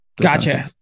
Gotcha